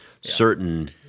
certain